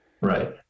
right